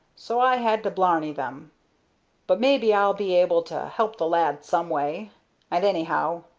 so i had to blarney them but maybe i'll be able to help the lad some way and, anyhow,